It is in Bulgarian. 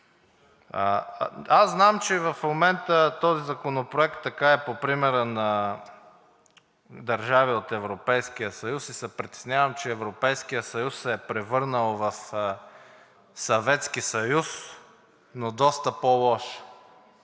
Знам, че в момента този законопроект е по примера на държави от Европейския съюз, и се притеснявам, че Европейският съюз се е превърнал в Съветски съюз, но доста по-лош.